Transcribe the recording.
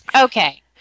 Okay